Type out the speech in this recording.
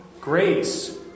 Grace